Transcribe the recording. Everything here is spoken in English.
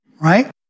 right